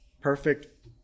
perfect